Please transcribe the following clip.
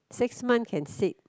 six month can sit